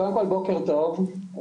בוקר טוב,